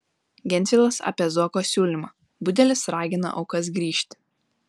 gentvilas apie zuoko siūlymą budelis ragina aukas grįžti